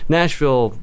Nashville